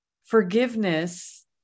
forgiveness